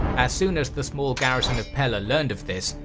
as soon as the small garrison of pella learned of this,